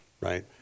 right